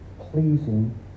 pleasing